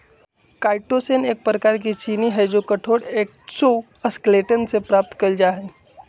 chitosan एक प्रकार के चीनी हई जो कठोर एक्सोस्केलेटन से प्राप्त कइल जा हई